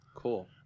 Cool